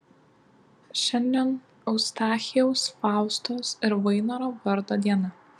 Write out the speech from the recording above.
šiandien eustachijaus faustos ir vainoro vardo diena